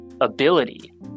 ability